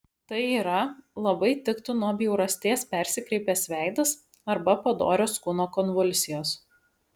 tai yra labai tiktų nuo bjaurasties persikreipęs veidas arba padorios kūno konvulsijos